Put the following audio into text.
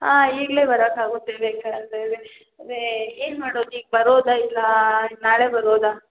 ಹಾಂ ಈಗಲೇ ಬರೋಕಾಗುತ್ತೆ ಬೇಕಾದರೆ ಅದೇ ಏನು ಮಾಡೋದು ಈಗ ಬರೋದ ಇಲ್ಲ ನಾಳೆ ಬರೋದ